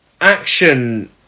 action